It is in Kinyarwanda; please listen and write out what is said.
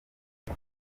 iyo